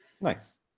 Nice